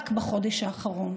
רק בחודש האחרון.